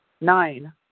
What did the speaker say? nine